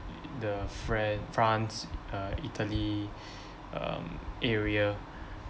the fran~ france uh italy um area